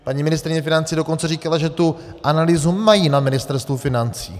Paní ministryně financí dokonce říkala, že tu analýzu mají na Ministerstvu financí.